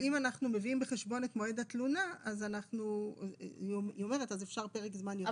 ואם אנחנו מביאים בחשבון את מועד התלונה אז אפשר פרק זמן יותר ארוך.